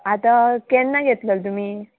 आतां केन्ना घेतलेलें तुमी